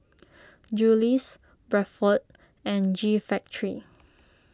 Julie's Bradford and G Factory